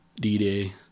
D-Day